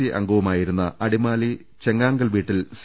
C അംഗവുമാ യിരുന്ന അടിമാലി ചെങ്ങാങ്കൽ വീട്ടിൽ സി